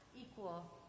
equal